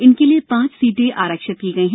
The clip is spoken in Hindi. इनके लिए पांच सीटें आरक्षित की गई हैं